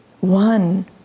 one